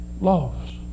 loves